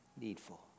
needful